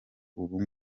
ubu